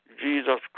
Jesus